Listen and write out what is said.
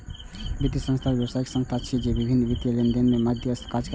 वित्तीय संस्थान व्यावसायिक संस्था छिय, जे विभिन्न वित्तीय लेनदेन लेल मध्यस्थक काज करै छै